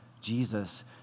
Jesus